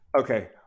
Okay